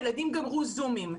הילדים גמרו זומים,